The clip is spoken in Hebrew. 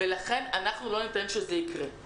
לכן אנחנו לא ניתן שזה יקרה.